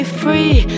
free